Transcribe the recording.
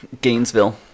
Gainesville